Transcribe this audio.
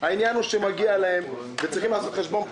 העניין הוא שמגיע להם וצריך לעשות חשבון פשוט.